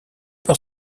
par